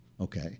okay